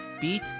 beat